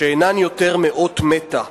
שאינן יותר מאות מתה.